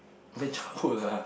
my childhood ah